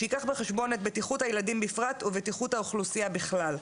שייקח בחשבון את בטיחות הילדים בפרט ובטיחות האוכלוסייה בכלל.